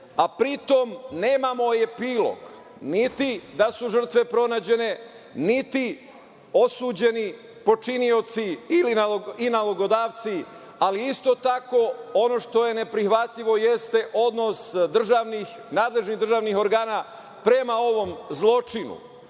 a pri tom nemamo epilog niti da su žrtve pronađene, niti osuđeni počinioci i nalogodavci, ali isto tako ono što je neprihvatljivo jeste odnos nadležnih državnih organa prema ovom zločinu. Radi